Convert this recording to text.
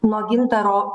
nuo gintaro